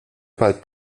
bald